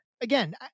again